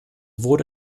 wurde